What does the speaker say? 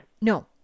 No